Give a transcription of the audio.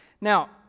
Now